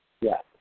Yes